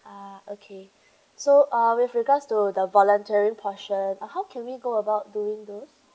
ah okay so uh with regards to the volunteering portion uh how can we go about doing those